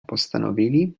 postanowili